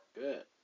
good